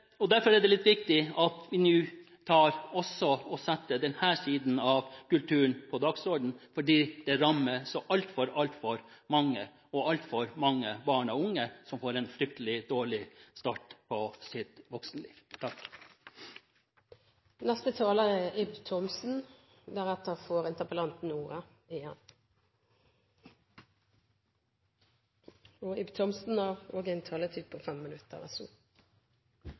og organisasjoner. Derfor er det litt viktig at vi nå setter også denne siden av kulturen på dagsordenen, fordi det rammer så altfor, altfor mange, og det er altfor mange barn og unge som får en fryktelig dårlig start på sitt voksenliv. Jeg vil også takke representanten for å ta opp et viktig spørsmål og å bevege seg inn på